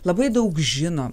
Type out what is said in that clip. labai daug žinom